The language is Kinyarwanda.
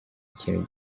ikintu